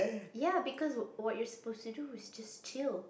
ya because what you supposed to do is just chill